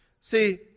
See